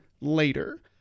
later